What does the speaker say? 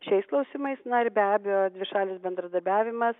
šiais klausimais na ir be abejo dvišalis bendradarbiavimas